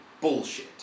Bullshit